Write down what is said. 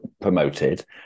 promoted